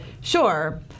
Sure